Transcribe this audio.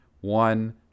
One